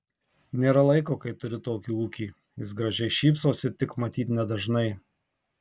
nėra laiko kai turi tokį ūkį jis gražiai šypsosi tik matyt nedažnai